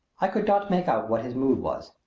i could not make out what his mood was,